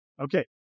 Okay